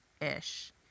ish